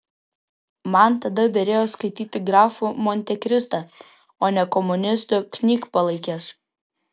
man tada derėjo skaityti grafą montekristą o ne komunistų knygpalaikes